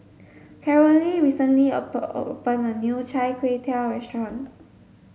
Carolee recently opened a new Chai Kway Tow restaurant